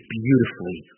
beautifully